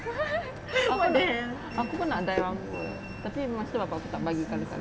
aku pun nak dye rambut tapi mesti bapak aku tak bagi colour colour